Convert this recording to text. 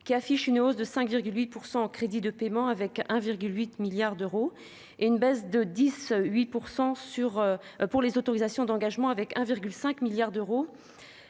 qui connaissent une hausse de 5,8 % des crédits de paiement, soit 1,8 milliard d'euros, et une baisse de 10,8 % des autorisations d'engagement, soit 1,5 milliard d'euros.